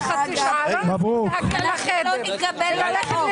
בשלושת החוקים יש בקשות לרוויזיה.